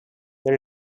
they